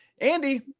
Andy